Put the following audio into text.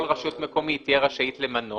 כל רשות מקומית תהיה רשאית למנות.